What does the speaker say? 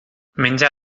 menja